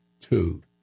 Two